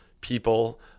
people